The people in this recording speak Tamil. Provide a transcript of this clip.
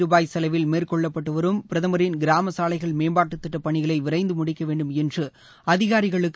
ரூபாய் செலவில் மேற்கொள்ளப்பட்டுவரும் பிரதமரின் கிராம சாலைகள் மேம்பாட்டு திட்டப் பணிகளை விரைந்து முடிக்க வேண்டும் என்று அதிகாிகளுக்கு